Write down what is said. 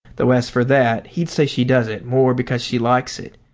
though as for that, he'd say she does it more because she likes it.